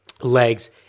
Legs